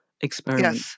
experiment